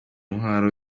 intwaro